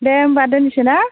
दे होनबा दोनसै ना